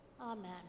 Amen